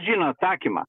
žino atsakymą